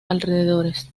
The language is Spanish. alrededores